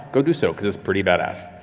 go do so, because it's pretty badass.